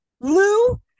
Lou